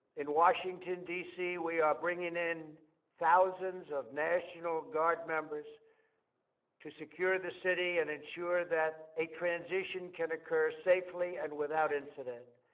in washington, d c, we are bringing in thousands of national guard members to secure the city and ensure that a transition can occur safely and without incident.